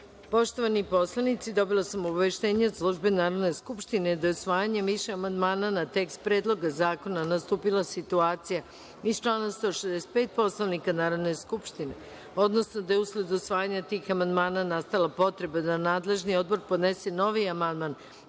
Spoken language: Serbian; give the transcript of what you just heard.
narodni poslanici, dobila sam obaveštenje od službe Narodne skupštine da je usvajanjem više amandmana na tekst Predloga zakona nastupila situacija iz člana 165. Poslovnika Narodne skupštine, odnosno da je usled usvajanja tih amandmana nastala potreba da nadležni odbor podnese novi amandman